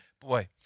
Boy